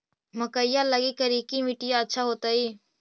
मकईया लगी करिकी मिट्टियां अच्छा होतई